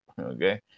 okay